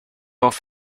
off